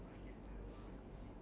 okay so I